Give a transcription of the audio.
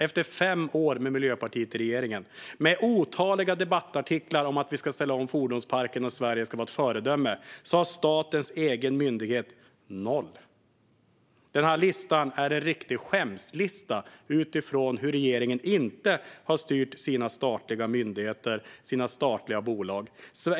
Efter fem år med Miljöpartiet i regeringen, med otaliga debattartiklar om att vi ska ställa om fordonsparken och att Sverige ska vara ett föredöme, har statens egen myndighet noll elfordon. Den här listan är en riktig skämslista utifrån hur regeringen inte har styrt sina statliga myndigheter och bolag.